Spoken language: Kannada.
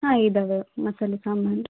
ಹಾಂ ಇದ್ದಾವೆ ಮಸಾಲೆ ಸಾಮಾನು